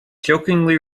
jokingly